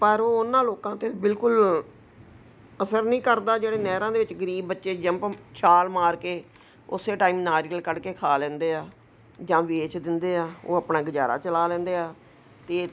ਪਰ ਉਹ ਉਹਨਾਂ ਲੋਕਾਂ 'ਤੇ ਬਿਲਕੁਲ ਅਸਰ ਨਹੀਂ ਕਰਦਾ ਜਿਹੜੇ ਨਹਿਰਾਂ ਦੇ ਵਿੱਚ ਗਰੀਬ ਬੱਚੇ ਜੰਪ ਛਾਲ ਮਾਰ ਕੇ ਉਸੇ ਟਾਈਮ ਨਾਰੀਅਲ ਕੱਢ ਕੇ ਖਾ ਲੈਂਦੇ ਆ ਜਾਂ ਵੇਚ ਦਿੰਦੇ ਆ ਉਹ ਆਪਣਾ ਗੁਜ਼ਾਰਾ ਚਲਾ ਲੈਂਦੇ ਆ ਅਤੇ